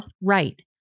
Right